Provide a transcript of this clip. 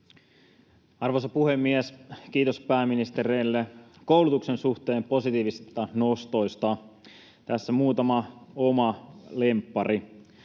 Arvoisa puhemies! Kiitos pääministerille koulutuksen suhteen positiivisista nostoista. Tässä muutama oma lemppari: